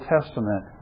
Testament